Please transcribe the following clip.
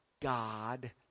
God